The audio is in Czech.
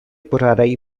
pořádají